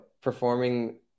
performing